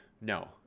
No